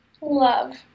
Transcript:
Love